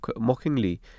mockingly